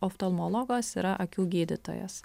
oftalmologas yra akių gydytojas